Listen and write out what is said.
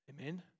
Amen